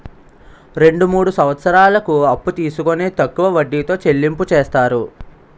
రెండు మూడు సంవత్సరాలకు అప్పు తీసుకొని తక్కువ వడ్డీతో చెల్లింపు చేస్తారు